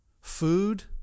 Food